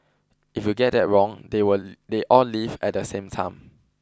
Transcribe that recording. if you get that wrong they will they all leave at the same time